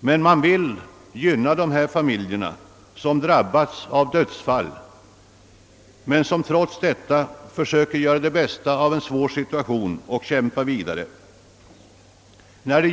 Däremot vill vi gynna dessa familjer som drabbats av dödsfall men som försöker göra det bästa av en svår situation och kämpa vidare.